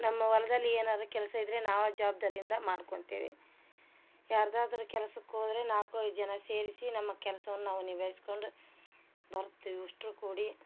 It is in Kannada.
ನಮ್ಮ ಹೊಲ್ದಲ್ಲಿ ಏನಾದರು ಕೆಲಸ ಇದ್ದರೆ ನಾವು ಜವಬ್ದಾರಿಯಿಂದ ಮಾಡ್ಕೊತಿವಿ ಯಾರ್ದಾದರು ಕೆಲ್ಸಕ್ಕೆ ಹೋದರೆ ನಾಲ್ಕು ಐದು ಜನ ಸೇರಿಸಿ ನಮ್ಮ ಕೆಲ್ಸವನ್ನ ನಾವು ನಿಭಾಯಿಸ್ಕೊಂಡು ಬರ್ತೀವಿ ಅಷ್ಟ್ರು ಕೂಡಿ